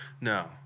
No